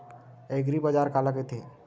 एग्रीबाजार काला कइथे?